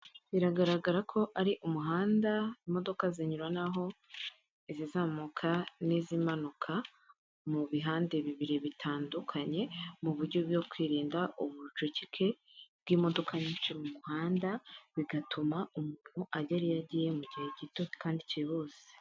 Biragaragara ko ari umuhanda imodoka zinyuranaho izizamuka n'izimanuka mu bihande bibiri bitandukanye, mu buryo bwo kwirinda ubucucike bw'imodoka nyinshi mu muhanda, bigatuma umuntu agera iyo agiye mu gihe gito kandi cyihuse.